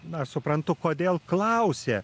na aš suprantu kodėl klausė